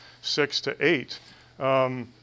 six-to-eight